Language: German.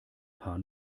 paar